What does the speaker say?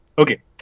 Okay